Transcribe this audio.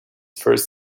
first